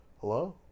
hello